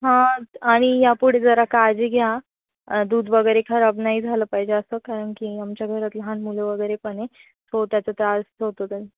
हा आणि या पुढे जरा काळजी घ्या दूध वगैरे खराब नाही झालं पाहिजे असं कारण की आमच्या घरात लहान मुलं वगैरे पण आहे सो त्याचा त्रास होतो त्यांना